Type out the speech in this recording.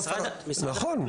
אז אתה,